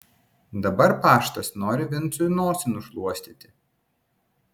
dabar paštas nori vincui nosį nušluostyti